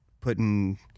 putting